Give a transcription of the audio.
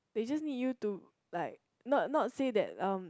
they just need you to like not not say that um